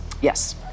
Yes